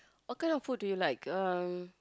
what kind of food do you like um